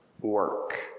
work